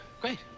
Great